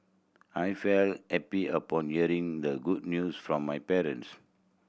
I felt happy upon hearing the good news from my parents